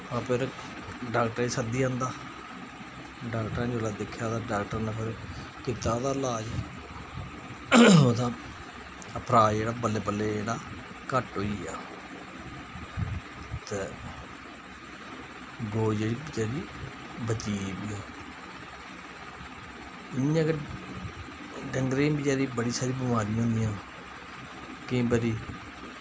फिर डाक्टरें गी सद्धी आंदा डाक्टरै जिसलै दिक्खेआ तां डाक्टर नै कीता ओह्दा इलाज़ ओह्दा अफराऽ जेह्ड़ा बल्लें बल्लें जेह्ड़ा घट्ट होई गेआ ते गौ जेह्ड़ी बचैरी बची गेदी इ'यां गै डंगरें गी बचैरें गी बड़ियां सारियां बमारियां होंदियां केईं बारी